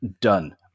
done